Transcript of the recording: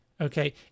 Okay